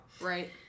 Right